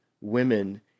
women